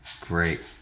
great